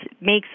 makes